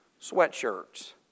sweatshirts